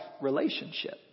relationship